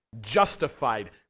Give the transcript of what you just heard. justified